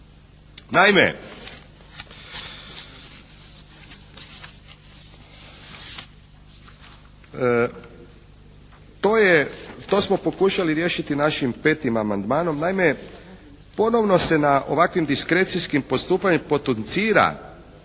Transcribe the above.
Naime, to smo pokušali riješiti našim 5. amandmanom. Naime, ponovno se na ovakvim diskrecijskim postupanjima potencira,